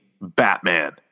Batman